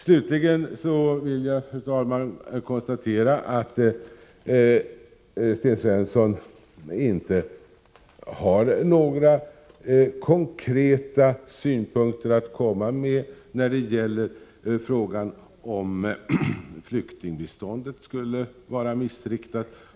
Slutligen vill jag konstatera att Sten Svensson inte har några konkreta synpunkter att komma med när det gäller frågan om att flyktingbiståndet skulle vara missriktat.